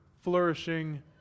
flourishing